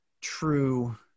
true